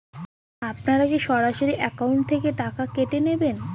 আপনারা কী সরাসরি একাউন্ট থেকে টাকা কেটে নেবেন?